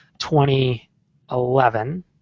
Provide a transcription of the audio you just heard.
2011